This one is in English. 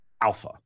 alpha